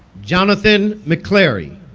jonathan mcclary